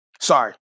sorry